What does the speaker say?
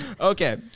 Okay